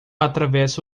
atravessa